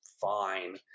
fine